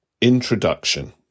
Introduction